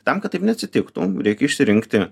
tam kad taip neatsitiktų reikia išsirinkti